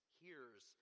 hears